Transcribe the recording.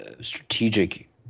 strategic